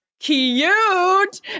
Cute